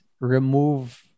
remove